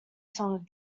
song